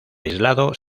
aislado